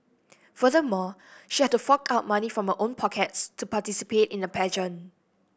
furthermore she had to fork out money from her own pockets to participate in the pageant